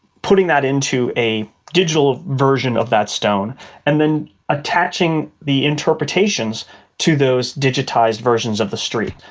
putting that into a digital version of that stone and then attaching the interpretations to those digitised versions of the street.